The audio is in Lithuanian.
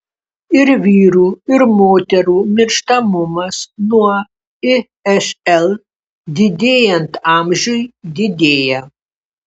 ir vyrų ir moterų mirštamumas nuo išl didėjant amžiui didėja